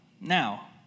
Now